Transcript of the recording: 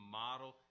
model